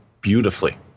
beautifully